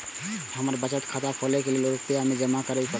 हमर बचत खाता खोले के लेल रूपया भी जमा करे परते?